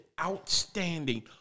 outstanding